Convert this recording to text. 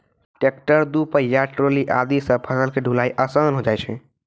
tractor, दो पहिया trolley आदि सॅ फसल के ढुलाई आसान होय जाय छै